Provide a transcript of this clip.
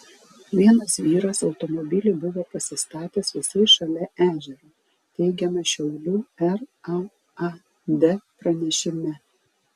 vienas vyras automobilį buvo pasistatęs visai šalia ežero teigiama šiaulių raad pranešime